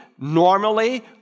normally